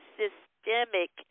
systemic